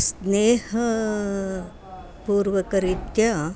स्नेहपूर्वकरीत्या